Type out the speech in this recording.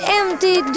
empty